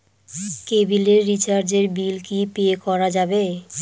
কেবিলের রিচার্জের বিল কি পে করা যাবে?